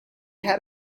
had